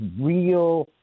real